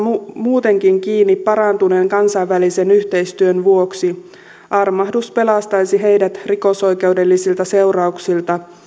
muutenkin kiinni parantuneen kansainvälisen yhteistyön vuoksi armahdus pelastaisi heidät rikosoikeudellisilta seurauksilta